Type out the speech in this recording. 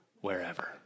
wherever